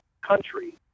country